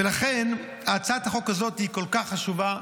ולכן, הצעת החוק הזאת היא כל כך חשובה.